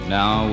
now